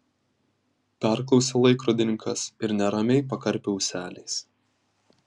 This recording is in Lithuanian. perklausė laikrodininkas ir neramiai pakarpė ūseliais